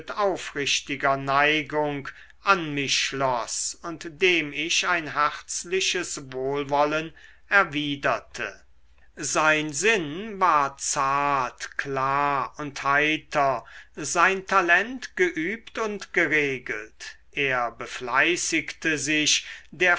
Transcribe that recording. aufrichtiger neigung an mich schloß und dem ich ein herzliches wohlwollen erwiderte sein sinn war zart klar und heiter sein talent geübt und geregelt er befleißigte sich der